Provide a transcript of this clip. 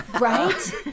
right